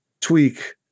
tweak